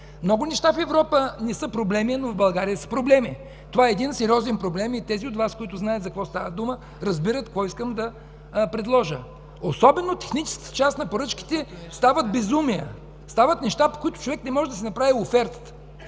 Много неща в Европа не са проблеми, но в България са проблеми. Това е сериозен проблем и тези от Вас, които знаят за какво става дума, разбират какво искам да предложа. Особено в техническата част на поръчките стават безумия, стават неща, по които човек не може да си направи офертата.